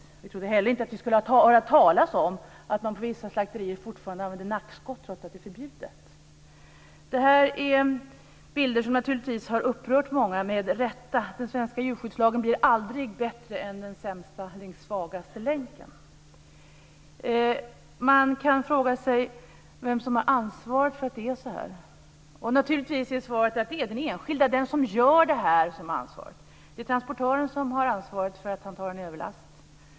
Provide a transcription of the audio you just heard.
Vi trodde heller inte att vi skulle få höra talas om att man på vissa slakterier fortfarande använder nackskott trots att det är förbjudet. Det här är bilder som naturligtvis med rätta har upprört många. Den svenska djurskyddslagen blir aldrig bättre än den svagaste länken. Man kan fråga sig vem som har ansvaret för att det är så här. Naturligtvis är svaret att det är den enskilda, den som gör det här, som har ansvaret. Det är transportören som har ansvaret för att han tar en överlast.